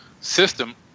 system